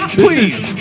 please